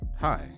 Hi